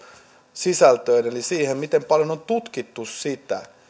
sisältöön eli siihen miten paljon on tutkittu sitä